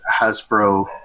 Hasbro